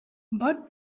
but